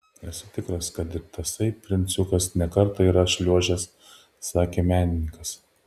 esu tikras kad ir tasai princiukas ne kartą yra šliuožęs sakė menininkas